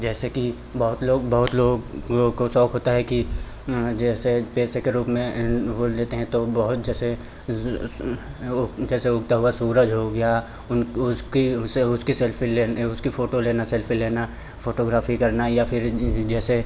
जैसे कि बहुत लोग बहुत लोगों को शौक होता है कि जैसे पेशे के रूप में वो लेते हैं तो बहुत जैसे उसमें वो जैसे उगता हुआ सूरज हो गया उन उसकी उसे उसकी सेल्फ़ी लेने उसकी फ़ोटो लेना सेल्फ़ी लेना फ़ोटोग्राफ़ी करना या फिर जैसे